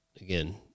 again